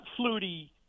Flutie